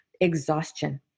exhaustion